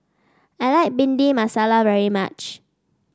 I like Bhindi Masala very much